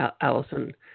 Allison